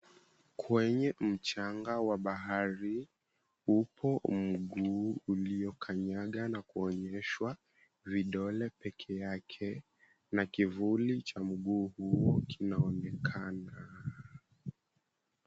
Kwenye mchanga wa bahari, upo mguu uliokanyaga na kuonyeshwa vidole pekee yake. Na kivuli cha mguu huo kinaonekana.